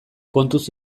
kontuz